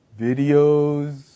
videos